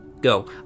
Go